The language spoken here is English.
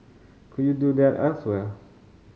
could you do that elsewhere